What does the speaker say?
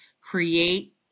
create